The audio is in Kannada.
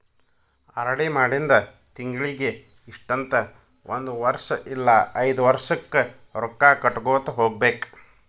ಆರ್.ಡಿ ಮಾಡಿಂದ ತಿಂಗಳಿಗಿ ಇಷ್ಟಂತ ಒಂದ್ ವರ್ಷ್ ಇಲ್ಲಾ ಐದ್ ವರ್ಷಕ್ಕ ರೊಕ್ಕಾ ಕಟ್ಟಗೋತ ಹೋಗ್ಬೇಕ್